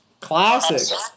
Classic